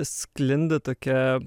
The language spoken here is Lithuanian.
sklinda tokia